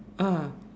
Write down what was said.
ah